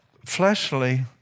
fleshly